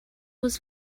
was